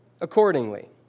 accordingly